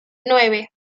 nueve